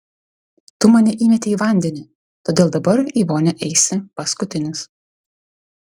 tu mane įmetei į vandenį todėl dabar į vonią eisi paskutinis